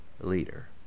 leader